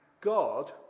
God